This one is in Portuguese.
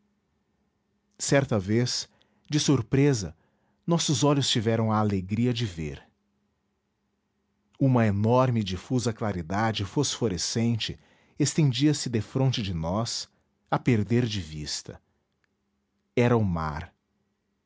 certa vez de surpresa nossos olhos tiveram a alegria de ver uma enorme e difusa claridade fosforescente estendia-se defronte de nós a perder de vista era o mar